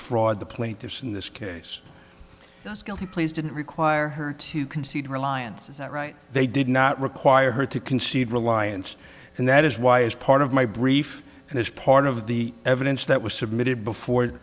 defraud the plaintiffs in this case those guilty pleas didn't require her to concede reliance is that right they did not require her to concede reliance and that is why as part of my brief and as part of the evidence that was submitted before